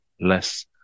less